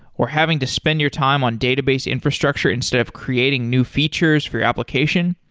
or having to spend your time on database infrastructure instead of creating new features for your application?